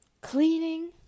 cleaning